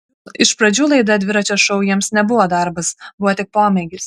iš pradžių laida dviračio šou jiems nebuvo darbas buvo tik pomėgis